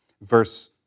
Verse